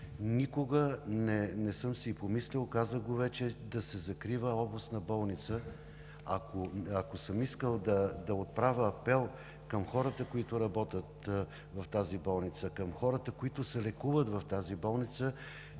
Никога не съм си и помислил – казах го вече, да се закрива областна болница. Ако съм искал да отправя апел към хората, които работят в тази болница, към хората, които се лекуват в тази болница,